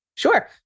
Sure